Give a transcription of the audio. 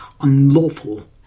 unlawful